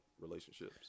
relationships